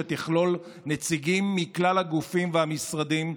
שתכלול נציגים מכלל הגופים והמשרדים,